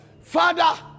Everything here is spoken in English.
Father